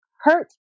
hurt